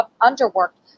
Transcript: underworked